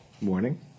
Morning